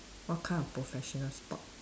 what kind of professional sport